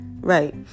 Right